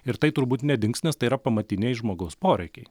ir tai turbūt nedings nes tai yra pamatiniai žmogaus poreikiai